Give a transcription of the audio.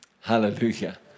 Hallelujah